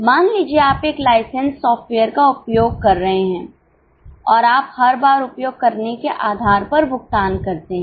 मान लीजिए आप एक लाइसेंस सॉफ्टवेयर का उपयोग कर रहे हैं और आप हर बार उपयोग करने के आधार पर भुगतान करते हैं